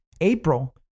April